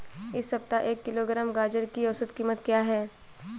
इस सप्ताह एक किलोग्राम गाजर की औसत कीमत क्या है?